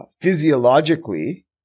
Physiologically